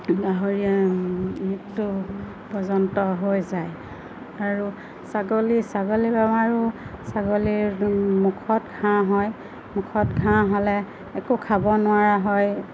গাহৰি মৃত্যু পৰ্যন্ত হৈ যায় আৰু ছাগলী ছাগলী বেমাৰো ছাগলীৰ মুখত ঘাঁহ হয় মুখত ঘাঁহ হ'লে একো খাব নোৱাৰা হয়